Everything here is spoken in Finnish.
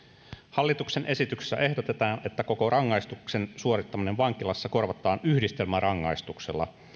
hallituksen esityksessä ehdotetaan että koko rangaistuksen suorittaminen vankilassa korvataan yhdistelmärangaistuksella